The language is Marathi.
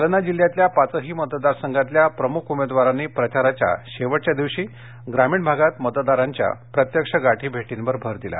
जालना जिल्ह्यातल्या पाचही मतदार संघातल्या प्रमुख उमेदवारांनी प्रचाराच्या शेवटच्या दिवशी ग्रामीण भागात मतदारांच्या प्रत्यक्ष गाठीभेटींवर भर दिला